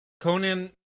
Conan